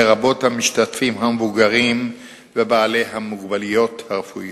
לרבות המשתתפים המבוגרים ובעלי המוגבלויות הרפואיות,